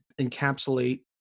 encapsulate